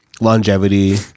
longevity